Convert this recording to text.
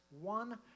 one